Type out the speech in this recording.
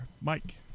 Mike